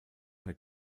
bei